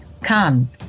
Come